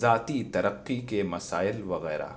ذاتی ترقی کے مسائل وغیرہ